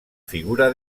figura